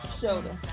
shoulder